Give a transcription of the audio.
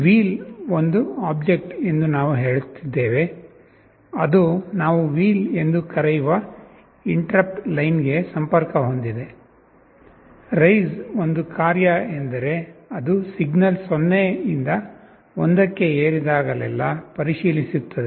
wheel ಒಂದು object ಎಂದು ನಾವು ಹೇಳುತ್ತಿದ್ದೇವೆ ಅದು ನಾವು wheel ಎಂದು ಕರೆಯುವ ಇಂಟರಪ್ಟ್ ಲೈನ್ಗೆ ಸಂಪರ್ಕ ಹೊಂದಿದೆ ರೈಸ್ ಒಂದು ಕಾರ್ಯ ಎಂದರೆ ಅದು ಸಿಗ್ನಲ್ 0 ರಿಂದ 1 ಕ್ಕೆ ಏರಿದಾಗಲೆಲ್ಲಾ ಪರಿಶೀಲಿಸುತ್ತದೆ